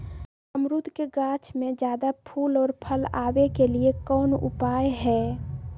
अमरूद के गाछ में ज्यादा फुल और फल आबे के लिए कौन उपाय है?